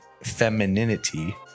femininity